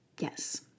Yes